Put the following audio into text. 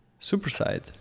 Superside